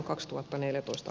arvoisa puhemies